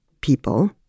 people